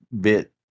bit